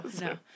no